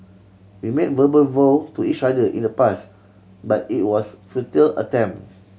we made verbal vow to each other in the pass but it was futile attempt